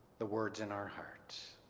the words in our heart.